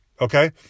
Okay